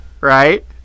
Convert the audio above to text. Right